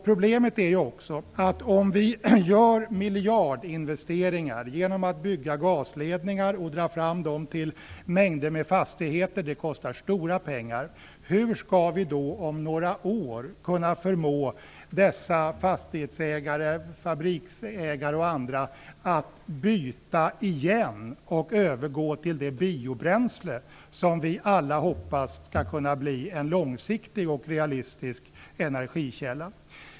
Problemet är också att om vi gör miljardinvesteringar genom att bygga gasledningar och dra fram dem till mängder av fastigheter, vilket kostar stora pengar, hur vi då om några år skall kunna förmå dessa fastighetsägare, fabriksägare och andra att igen byta och övergå till biobränsle, som vi alla hoppas skall kunna bli en långsiktig och realistisk energikälla.